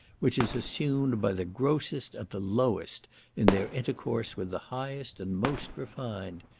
which is assumed by the grossest and the lowest in their intercourse with the highest and most refined.